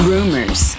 Rumors